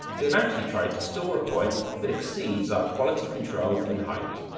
we have actually tried to store a point that exceeds our quality control in height.